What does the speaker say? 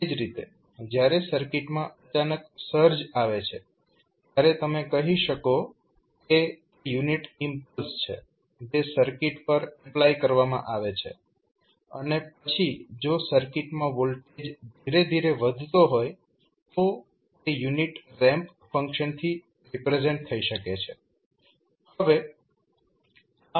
એ જ રીતે જ્યારે સર્કિટમાં અચાનક સર્જ આવે છે ત્યારે તમે કહી શકો છો કે તે યુનિટ ઈમ્પલ્સ છે જે સર્કિટ પર એપ્લાય કરવામાં આવે છે અને પછી જો સર્કિટમાં વોલ્ટેજ ધીરે ધીરે વધતો હોય તો તે યુનિટ રેમ્પ ફંક્શનથી રજુ થઈ શકે છે